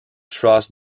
trust